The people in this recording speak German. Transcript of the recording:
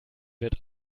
wird